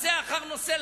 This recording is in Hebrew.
נושא אחר נושא,